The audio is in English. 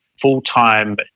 full-time